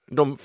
de